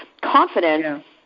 Confidence